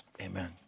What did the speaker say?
Amen